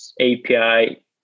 API